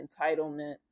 entitlement